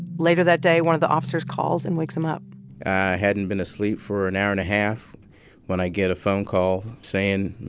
later that day, one of the officers calls and wakes him up i hadn't been asleep for an hour and a half when i get a phone call saying,